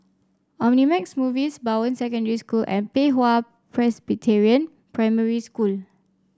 Omnimax Movies Bowen Secondary School and Pei Hwa Presbyterian Primary School